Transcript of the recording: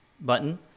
button